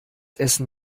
essen